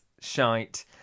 shite